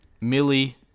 Millie